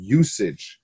usage